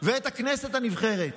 ואת הכנסת הנבחרת